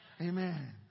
Amen